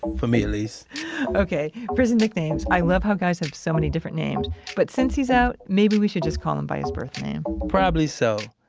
um for me at least okay, prison nicknames. i love how guys have so many different names but since he's out, maybe we should just call him by his birth name probably so.